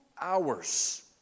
hours